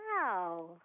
Wow